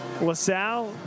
LaSalle